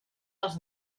als